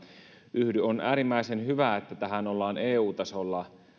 yhdy on äärimmäisen hyvä että tähän on eu tasolla